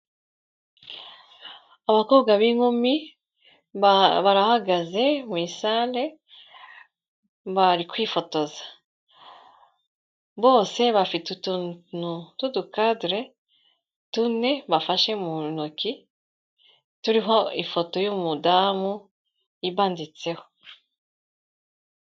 Abakobwa b'inkumi barahagaze muri sare bari kwifotoza. Bose bafite utuntu tw'udukadire tune bafashe mu ntoki turiho ifoto y'umudamu ibanditseho.